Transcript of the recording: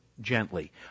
gently